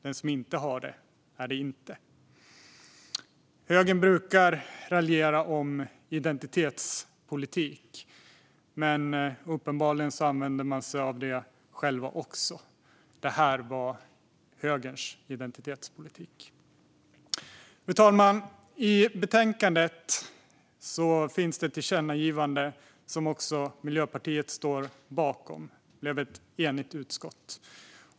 Den som inte har det är det inte. Högern brukar raljera om identitetspolitik, men uppenbarligen använder man sig av det själv också. Detta var högerns identitetspolitik. Fru talman! I betänkandet finns ett tillkännagivande som också Miljöpartiet står bakom; det blev ett enigt utskott.